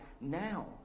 now